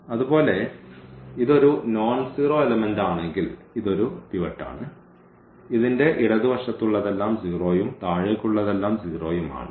അതുപോലെ ഇത് ഒരു നോൺസീറോ എലെമെന്റ് ആണെങ്കിൽ ഇത് ഒരു പിവറ്റ് ആണ് ഇതിൻറെ ഇടതുവശത്തുള്ളതെല്ലാം 0 ഉം താഴേക്കുള്ളതെല്ലാം 0 ഉം ആണ്